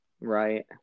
right